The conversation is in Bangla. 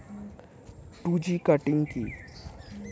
টু জি কাটিং কি?